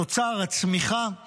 התוצר, הצמיחה שלנו,